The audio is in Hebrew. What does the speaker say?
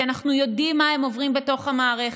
כי אנחנו יודעים מה הם עוברים בתוך המערכת.